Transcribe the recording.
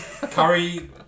Curry